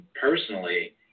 personally